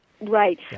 Right